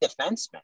defenseman